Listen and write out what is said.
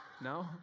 No